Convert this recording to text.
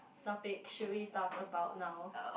topic should we talk about now